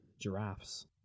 giraffes